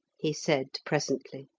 he said presently.